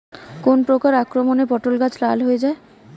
কোন প্রকার আক্রমণে পটল গাছ লাল হয়ে যায়?